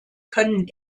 können